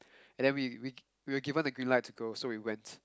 and the we we we were given green light to go so we went